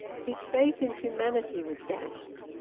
his faith in humanity was dashed.